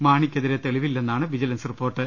മാണിക്കെതിരെ തെളിവില്ലെന്നാണ് vigilance report